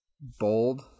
bold